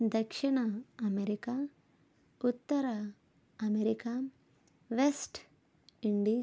దక్షిణ అమెరికా ఉత్తర America West Indies